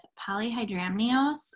polyhydramnios